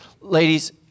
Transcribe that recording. Ladies